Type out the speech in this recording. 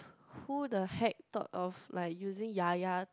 who the heck thought of like using Ya Ya